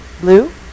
blue